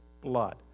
blood